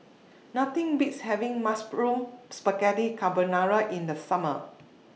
Nothing Beats having Mushroom Spaghetti Carbonara in The Summer